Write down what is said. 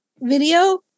video